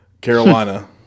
Carolina